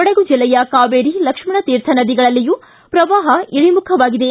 ಕೊಡಗು ಜಿಲ್ಲೆಯ ಕಾವೇರಿ ಲಕ್ಷಣತೀರ್ಥ ನದಿಗಳಲ್ಲಿಯೂ ಪ್ರವಾಪ ಇಳಿಮುಖವಾಗಿದೆ